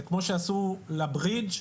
זה כמו שעשו לברידג',